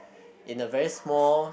in the very small